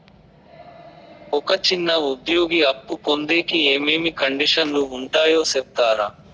ఒక చిన్న ఉద్యోగి అప్పు పొందేకి ఏమేమి కండిషన్లు ఉంటాయో సెప్తారా?